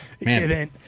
Man